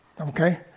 Okay